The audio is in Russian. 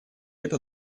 это